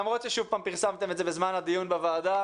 למרות ששוב פעם פרסמתם את זה בזמן הדיון בוועדה,